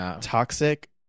Toxic